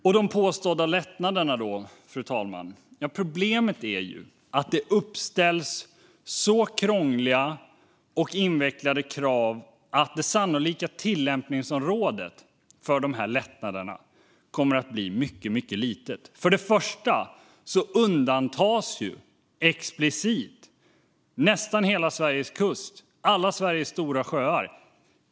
Fru talman! Hur är det då med de påstådda lättnaderna? Problemet är att det uppställs så krångliga och invecklade krav att det sannolika tillämpningsområdet för de lättnaderna kommer att bli mycket litet. Först och främst undantas explicit nästan hela Sveriges kust och alla Sveriges stora sjöar.